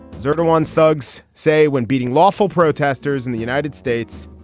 zada ones thugs say when beating lawful protesters in the united states.